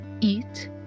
Eat